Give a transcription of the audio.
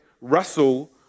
Russell